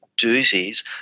doozies